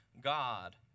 God